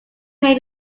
may